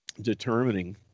determining